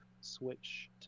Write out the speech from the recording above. Switch